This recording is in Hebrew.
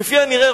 כפי הנראה,